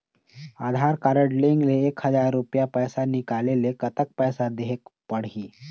आधार card link ले एक हजार रुपया पैसा निकाले ले कतक पैसा देहेक पड़ही?